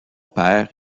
père